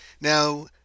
now